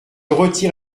retire